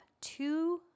two